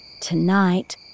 Tonight